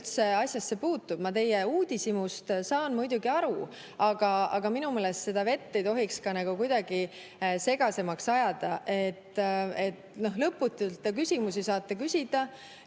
puutub? Ma teie uudishimust saan muidugi aru, aga minu meelest seda vett ei tohiks kuidagi segasemaks ajada. Lõputult te küsimusi saate küsida,